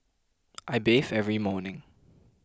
I bathe every morning